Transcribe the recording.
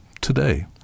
today